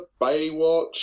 Baywatch